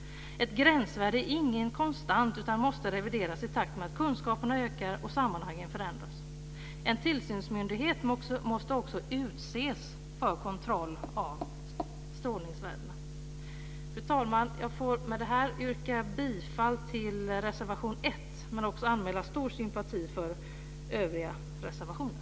Ett gränsvärde är ingen konstant utan måste revideras i takt med att kunskaperna ökar och sammanhangen förändras. En tillsynsmyndighet måste också utses för kontroll av strålningsvärdena. Fru talman! Jag får med det här yrka bifall till reservation 1 men också anmäla stor sympati för övriga reservationer.